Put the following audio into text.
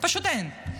פשוט אין.